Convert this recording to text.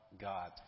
God